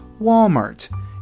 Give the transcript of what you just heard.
Walmart